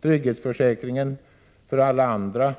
Trygghetsförsäkringen för alla andra